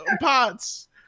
Pots